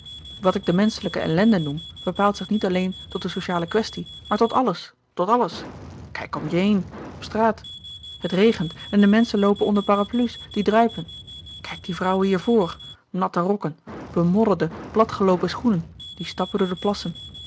wat ik de menschelijke ellende noem bepaalt zich niet alleen tot de sociale kwestie maar tot alles tot alles kijk om je heen op straat het regent en de menschen loopen onder parapluie's die druipen kijk die vrouwen hier voor natte rokken bemodderde platgeloopen schoenen die stappen door de plassen